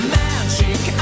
magic